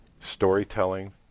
storytelling